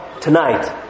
tonight